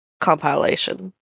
compilation